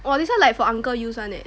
!wah! this one like for uncle use [one] eh